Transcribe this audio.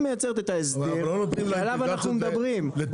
היא מייצרת את ההסדר שעליו אנחנו מדברים.